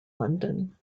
london